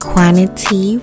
quantity